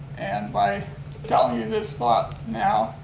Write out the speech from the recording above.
and by telling you this thought now,